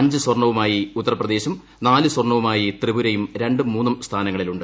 അഞ്ച് സ്വർണവുമായി ഉത്തർപ്രദേശും നാല് സ്വർണവുമായി ത്രിപുരയും രണ്ടും മൂന്നും സ്ഥാനങ്ങളിലുണ്ട്